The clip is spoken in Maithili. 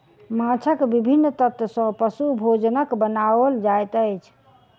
माँछक विभिन्न तत्व सॅ पशु भोजनक बनाओल जाइत अछि